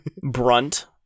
brunt